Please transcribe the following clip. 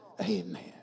Amen